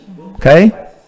okay